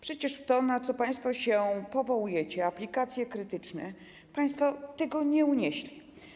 Przecież tego, na co państwo się powołujecie: aplikacje krytyczne, państwo nie unieśli.